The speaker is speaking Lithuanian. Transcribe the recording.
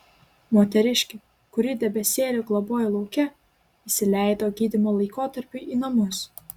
moteriškė kuri debesėlį globojo lauke įsileido gydymo laikotarpiui į namus